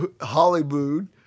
Hollywood